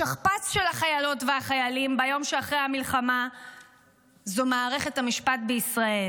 השכפ"ץ של החיילות והחיילים ביום שאחרי המלחמה זו מערכת המשפט בישראל,